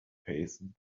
felsen